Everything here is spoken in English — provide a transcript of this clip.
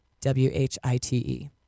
W-H-I-T-E